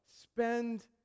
Spend